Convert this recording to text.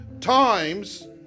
times